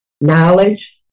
knowledge